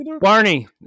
Barney